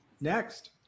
next